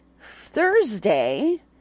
Thursday